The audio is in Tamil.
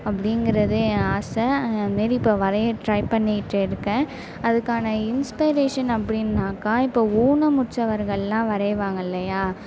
அப்படிங்றதே ஏ ஆசை அது மாதிரி இப்போ வரைய ட்ரை பண்ணிகிட்டு இருக்கேன் அதுக்கான இன்ஸ்ப்ரேஷன் அப்படின்னாக்கா இப்போ ஊனமுற்றவர்களெலாம் வரைவாங்க இல்லையா